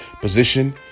position